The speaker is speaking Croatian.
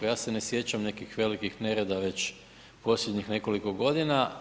Ja se ne sjećam nekih velikih nereda već posljednjih nekoliko godina.